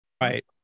Right